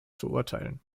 verurteilen